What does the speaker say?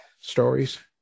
stories